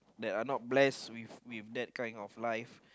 that are not bless with with that kind of life